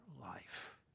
life